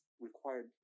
required